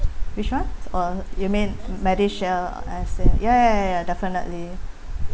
which one oh you mean MediShield I see ya ya ya definitely